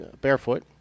barefoot